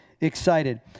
excited